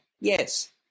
yes